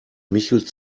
michel